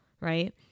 right